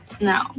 No